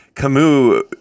Camus